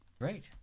Great